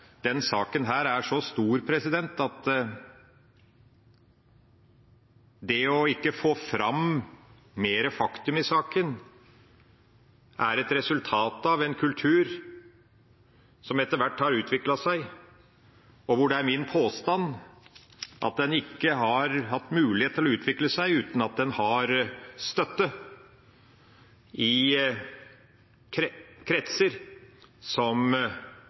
saken er så stor at det ikke å få fram mer fakta i saken, er et resultat av en kultur som etter hvert har utviklet seg, og hvor det er min påstand at den ikke hadde hatt mulighet til å utvikle seg uten støtte i kretser som